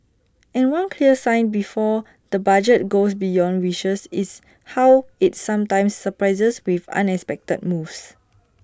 and one clear sign before the budget goes beyond wishes is how IT sometimes surprises with unexpected moves